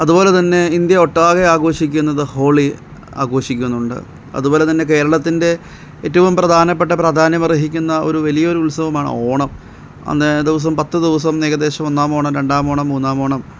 അതുപോലെ തന്നെ ഇന്ത്യ ഒട്ടാകെ ആഘോഷിക്കുന്നത് ഹോളി ആഘോഷിക്കുന്നുണ്ട് അതുപോലെ തന്നെ കേരളത്തിൻ്റെ ഏറ്റവും പ്രധാനപ്പെട്ട പ്രാധ്യാനം അർഹിക്കുന്ന ഒരു വലിയ ഒരു ഉത്സവമാണ് ഓണം അന്നേ ദിവസം പത്ത് ദിവസം ഏകദേശം ഒന്നാം ഓണം രണ്ടാം ഓണം മൂന്നാം ഓണം